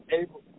able